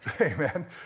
Amen